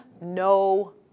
no